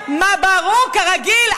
אלמינא.